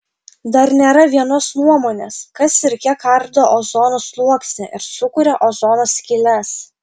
dar nėra vienos nuomonės kas ir kiek ardo ozono sluoksnį ir sukuria ozono skyles